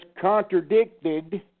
contradicted